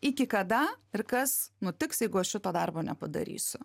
iki kada ir kas nutiks jeigu aš šito darbo nepadarysiu